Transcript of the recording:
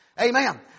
Amen